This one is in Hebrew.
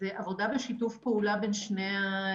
אבל אם אני נדרש להפעיל שתי מחלקות